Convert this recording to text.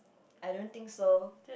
I don't think so